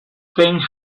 thing